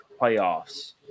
playoffs